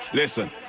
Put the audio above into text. Listen